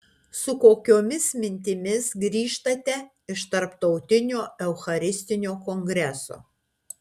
su kokiomis mintimis grįžtate iš tarptautinio eucharistinio kongreso